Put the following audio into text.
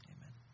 Amen